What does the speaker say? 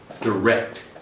Direct